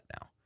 now